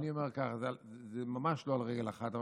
זה ממש לא על רגל אחת.